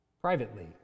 privately